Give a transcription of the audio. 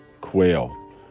quail